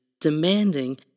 demanding